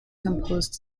composed